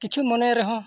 ᱠᱤᱪᱷᱩ ᱢᱚᱱᱮ ᱨᱮᱦᱚᱸ